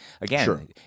Again